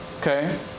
okay